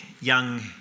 young